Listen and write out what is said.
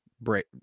break